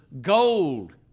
gold